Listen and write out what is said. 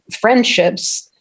friendships